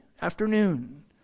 afternoon